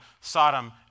Sodom